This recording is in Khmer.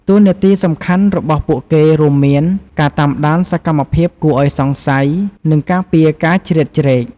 តួនាទីសំខាន់របស់ពួកគេរួមមាន ការតាមដានសកម្មភាពគួរឱ្យសង្ស័យ និងការពារការជ្រៀតជ្រែក។